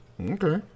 Okay